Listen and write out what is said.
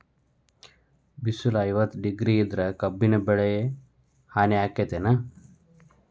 ಬಿಸಿಲ ಐವತ್ತ ಡಿಗ್ರಿ ಇದ್ರ ಕಬ್ಬಿನ ಬೆಳಿಗೆ ಹಾನಿ ಆಕೆತ್ತಿ ಏನ್?